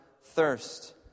thirst